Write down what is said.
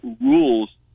rules